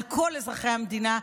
על כל אזרחי המדינה,